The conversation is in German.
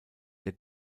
der